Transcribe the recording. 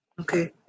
Okay